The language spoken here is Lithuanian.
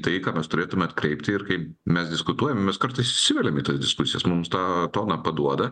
taiį ką mes turėtume atkreipti ir kaip mes diskutuojam kartais įsiveliam į diskusijas mums tą toną paduoda